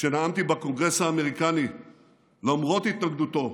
כשנאמתי בקונגרס האמריקני למרות התנגדותו,